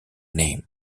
name